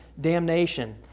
damnation